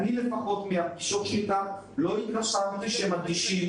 מהפגישות עם החברות לא התרשמתי שהם אדישים